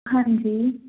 ਹਾਂਜੀ